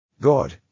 God